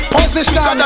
Position